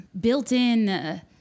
built-in